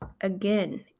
Again